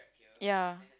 ya